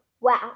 Wow